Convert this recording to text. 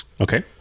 Okay